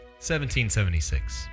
1776